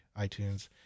iTunes